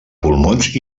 pulmons